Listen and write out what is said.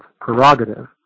prerogative